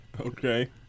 Okay